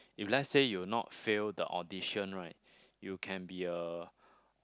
if let's say you not fail the audition right you can be a